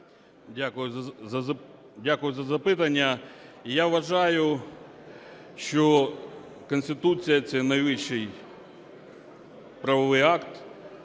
Дякую за запитання. Я вважаю, що Конституція це найвищий правовий акт,